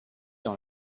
dans